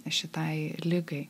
šitai ligai